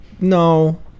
no